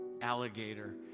alligator